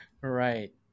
Right